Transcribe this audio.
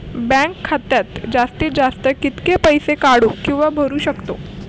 Bank खात्यात जास्तीत जास्त कितके पैसे काढू किव्हा भरू शकतो?